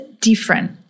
different